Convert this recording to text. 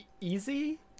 easy